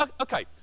Okay